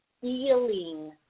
feeling